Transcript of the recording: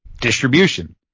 distribution